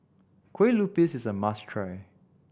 Kueh Lupis is a must try